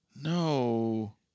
No